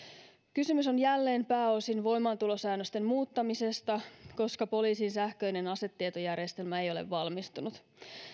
kysymys on jälleen pääosin voimaantulosäännösten muuttamisesta koska poliisin sähköinen asetietojärjestelmä ei ole valmistunut